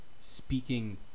speaking